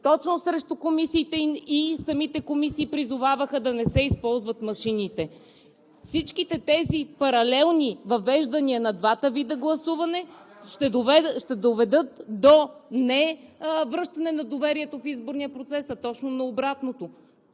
срещу комисиите и самите комисии призоваваха да не се използват машините. Всичките тези паралелни въвеждания на двата вида гласуване ще доведат не до връщане на доверието в изборния процес, а точно на обратното.